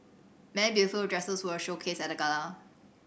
many beautiful dresses were showcased at the gala